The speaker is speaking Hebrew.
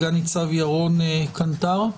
סנ"צ ירון קנטר,